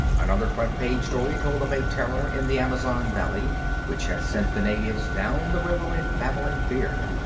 another front-page story told of a terror in the amazon valley which had sent the natives down the river in babbling fear.